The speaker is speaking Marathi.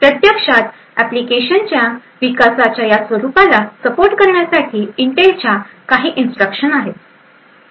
प्रत्यक्षात एप्लिकेशनच्या विकासाच्या या स्वरूपाला सपोर्ट करण्यासाठी इंटेलच्या काही इन्स्ट्रक्शन आहेत